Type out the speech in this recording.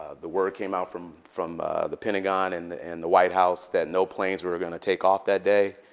the word came out from from the pentagon and the and the white house that no planes were were going to take off that day.